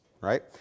right